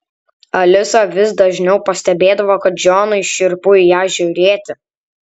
alisa vis dažniau pastebėdavo kad džonui šiurpu į ją žiūrėti